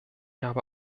habe